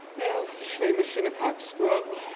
and the famous shinnecock scrub,